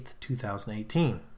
2018